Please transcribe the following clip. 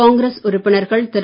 காங்கிரஸ் உறுப்பினர்கள் திரு